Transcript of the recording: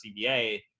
CBA